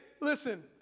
listen